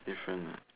different lah